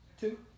Two